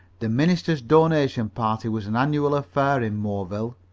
the minister's donation party was an annual affair in moreville.